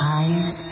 eyes